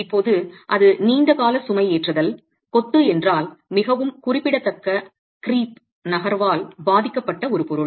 இப்போது அது நீண்ட கால சுமைஏற்றுதல் கொத்து என்றால் மிகவும் குறிப்பிடத்தக்க க்ரீப் நகர்வால் ஆல் பாதிக்கப்பட்ட ஒரு பொருள்